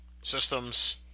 systems